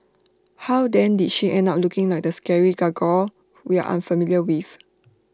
how then did she end up looking like the scary gargoyle we are unfamiliar with